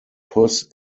puss